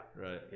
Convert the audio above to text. Right